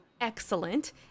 excellent